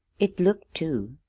it looked, too,